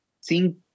seeing